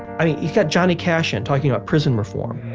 i mean you've got johnny cash and talking about prison reform,